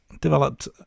developed